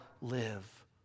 live